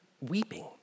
weeping